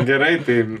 gerai tai